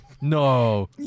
No